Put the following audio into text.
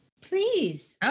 Please